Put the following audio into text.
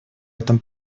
этом